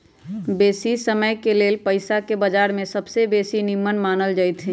बेशी समयके लेल पइसाके बजार में सबसे बेशी निम्मन मानल जाइत हइ